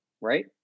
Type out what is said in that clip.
right